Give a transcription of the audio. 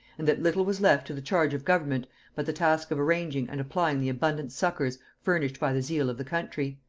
and that little was left to the charge of government but the task of arranging and applying the abundant succours furnished by the zeal of the country.